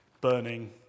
burning